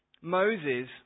Moses